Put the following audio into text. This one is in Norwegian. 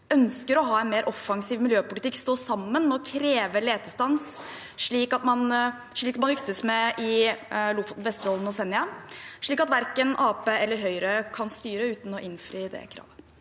ønsker å ha en mer offensiv miljøpolitikk, stå sammen og kreve letestans – slik man lyktes med i Lofoten, Vesterålen og Senja – slik at verken Arbeiderpartiet eller Høyre kan styre uten å innfri det kravet?